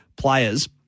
players